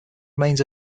remains